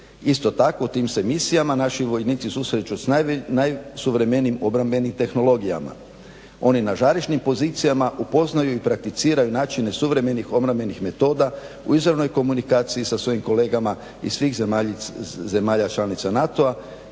isto tako u tim se misijama našij vojnici susreću s najsuvremenijim obrambenim tehnologijama. Oni na žarišnim pozicijama upoznaju i prakticiraju načine suvremenih obrambenih metoda u izravnoj komunikaciji sa svojim kolegama iz svih zemalja članica NATO